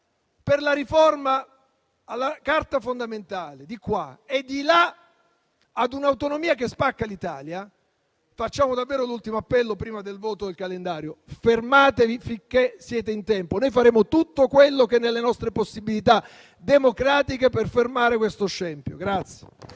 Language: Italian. per la riforma della Carta fondamentale, da una parte, che per un'autonomia che spacca l'Italia, dall'altra, facciamo davvero l'ultimo appello prima del voto del calendario: fermatevi finché siete in tempo. Noi faremo tutto quello che è nelle nostre possibilità democratiche per fermare questo scempio.